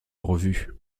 revue